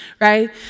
right